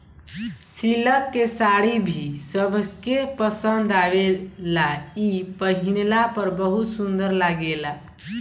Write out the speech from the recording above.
silk के साड़ी भी सबके पसंद आवेला इ पहिनला पर बहुत सुंदर लागेला